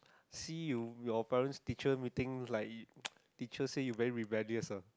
see you your parent teacher meeting like teacher said you very rebellious ah